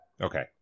Okay